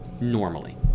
normally